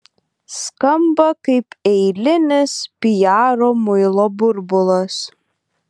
skamba kaip eilinis piaro muilo burbulas